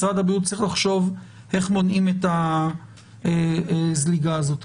משרד הבריאות צריך לחושב איך מונעים את הזליגה הזאת.